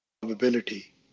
probability